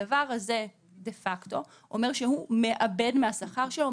הדבר הזה דה פקטו אומר שהוא מאבד מהשכר שלו,